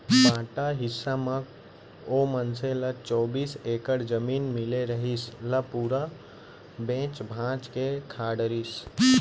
बांटा हिस्सा म ओ मनसे ल चौबीस एकड़ जमीन मिले रिहिस, ल पूरा बेंच भांज के खा डरिस